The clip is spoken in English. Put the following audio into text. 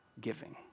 giving